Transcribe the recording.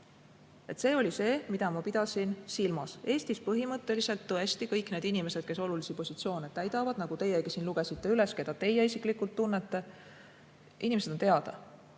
Seda ma pidasin silmas. Eestis põhimõtteliselt tõesti kõik need inimesed, kes olulisi positsioone täidavad – teiegi siin lugesite üles, keda teie isiklikult tunnete –, on teada.